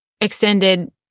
extended